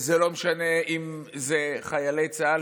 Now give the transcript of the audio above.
לא משנה אם זה חיילי צה"ל,